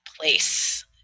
place